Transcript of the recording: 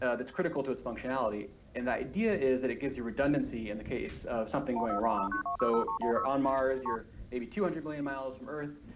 ah that's critical to its functionality and the idea is that it gives you redundancy in the case of something going wrong. so you're on mars, you're maybe two hundred million miles from earth,